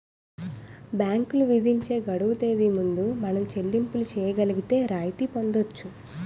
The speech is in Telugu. బ్యాంకులు విధించే గడువు తేదీ ముందు మనం చెల్లింపులు చేయగలిగితే రాయితీ పొందవచ్చు